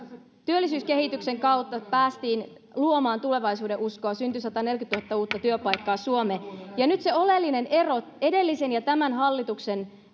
työllisyyskehityksen kautta päästiin luomaan tulevaisuudenuskoa syntyi sataneljäkymmentätuhatta uutta työpaikkaa suomeen nyt se oleellinen ero edellisen ja tämän hallituksen